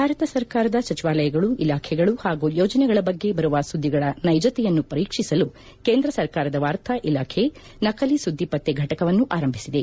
ಭಾರತ ಸರ್ಕಾರದ ಸಚಿವಾಲಯಗಳು ಇಲಾಖೆಗಳು ಹಾಗೂ ಯೋಜನೆಗಳ ಬಗ್ಗೆ ಬರುವ ಸುದ್ಗಿಗಳ ನೈಜತೆಯನ್ನು ಪರೀಕ್ಷಿಸಲು ಕೇಂದ್ರ ಸರ್ಕಾರದ ವಾರ್ತಾ ಶಾಖೆ ನಕಲಿ ಸುದ್ದಿ ಪತ್ತೆ ಘಟಕವನ್ನು ಆರಂಭಿಸಿದೆ